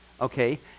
okay